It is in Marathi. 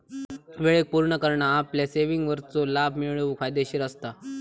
वेळेक पुर्ण करना आपल्या सेविंगवरचो लाभ मिळवूक फायदेशीर असता